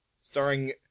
Starring